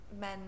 men